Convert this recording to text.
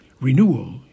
Renewal